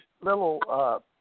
little